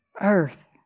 earth